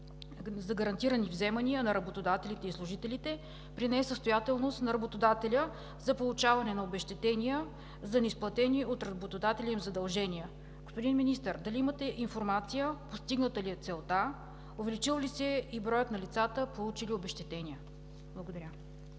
за гарантирани вземания на работодателите и на служителите при несъстоятелност на работодателя за получаване на обезщетения за неизплатени от работодателя им задължения. Господин Министър, дали имате информация: постигната ли е целта, увеличил ли се е броят на лицата, получили обезщетения? Благодаря.